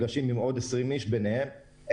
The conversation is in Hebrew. המפגשים בין אנשים בתוך מסעדה שיוצרים עוד חולים,